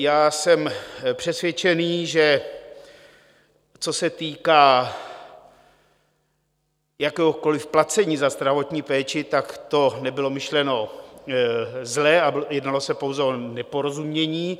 Já jsem přesvědčený, že co se týká jakéhokoliv placení za zdravotní péči, tak to nebylo myšleno zle a jednalo se pouze o neporozumění.